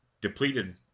depleted